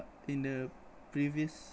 in the previous